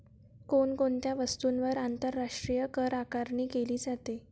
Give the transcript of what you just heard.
कोण कोणत्या वस्तूंवर आंतरराष्ट्रीय करआकारणी केली जाते?